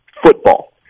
football